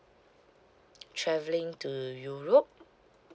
travelling to europe